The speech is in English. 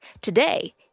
Today